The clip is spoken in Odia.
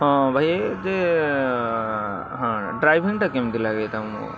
ହଁ ଭାଇ ଟିକେ ହଁ ଡ୍ରାଇଭିଂଟା କେମିତି ଲାଗେ ତୁମକୁ